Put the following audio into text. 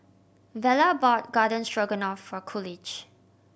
Vella bought Garden Stroganoff for Coolidge